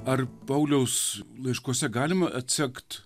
ar pauliaus laiškuose galima atsekt